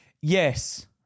Yes